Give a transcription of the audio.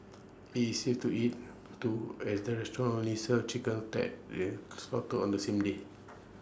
IT is safe to eat too as the restaurant only serves chicken that is slaughtered on the same day